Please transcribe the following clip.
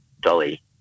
Dolly